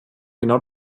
genau